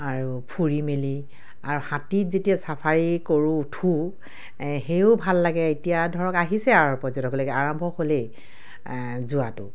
আৰু ফুৰি মেলি আৰু হাতীত যেতিয়া চাফাৰী কৰোঁ উঠোঁ সেয়েও ভাল লাগে এতিয়া ধৰক আহিছে আৰু পৰ্যটকসকলে আৰম্ভ হ'লেই যোৱাটো